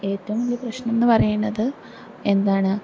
ഏറ്റവും വലിയ പ്രശ്നം എന്ന് പറയുന്നത് എന്താണ്